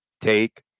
Take